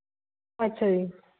ਅੱਛਾ ਜੀ